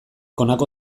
honako